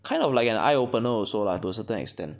kind of like an eye opener also lah to a certain extent